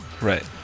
Right